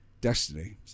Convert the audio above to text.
destiny